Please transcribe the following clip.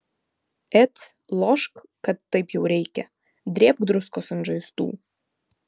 et lošk kad taip jau reikia drėbk druskos ant žaizdų